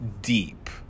deep